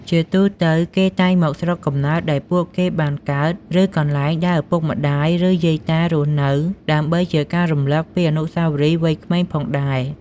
ជាទូទៅ គេតែងមកស្រុកកំណើតដែលពួកគេបានកើត ឬ កន្លែងដែលឪពុកម្ដាយ ឬយាយតារស់នៅដើម្បីជាការរំឭកពីអនុស្សាវរីយ៍វ័យក្មេងផងដែរ។